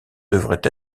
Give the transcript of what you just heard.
devrait